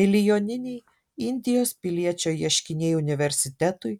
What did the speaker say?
milijoniniai indijos piliečio ieškiniai universitetui